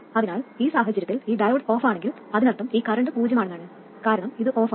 അതിനാൽ ഈ സാഹചര്യത്തിൽ ഈ ഡയോഡ് ഓഫാണെങ്കിൽ അതിനർത്ഥം ഈ കറന്റ് പൂജ്യമാണെന്നാണ് കാരണം ഇത് ഓഫാണ്